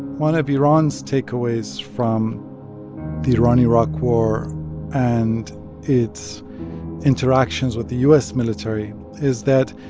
one of iran's takeaways from the iran-iraq war and its interactions with the u s. military is that,